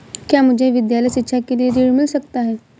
क्या मुझे विद्यालय शिक्षा के लिए ऋण मिल सकता है?